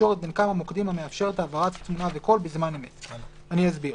תקשורת בין כמה מוקדים המאפשרת העברת תמונה וקול בזמן אמת."; אני אסביר.